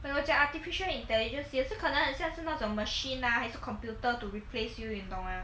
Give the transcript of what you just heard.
when 我讲 artificial intelligence 也是可能很像是那种 machine ah 还是 computer to replace you you 懂吗